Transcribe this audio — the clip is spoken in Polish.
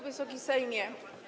Wysoki Sejmie!